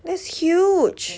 that's huge